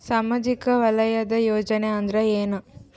ಸಾಮಾಜಿಕ ವಲಯದ ಯೋಜನೆ ಅಂದ್ರ ಏನ?